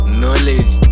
knowledge